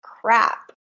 crap